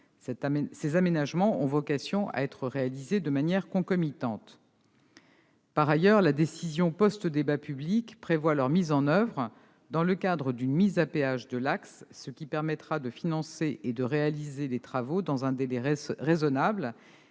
Ces aménagements ont vocation à être réalisés de manière concomitante. Par ailleurs, la décision post-débat public prévoit leur mise en oeuvre dans le cadre d'une mise à péage de l'axe, ce qui permettra de financer et de réaliser les travaux dans un délai raisonnable